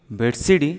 bed-sheet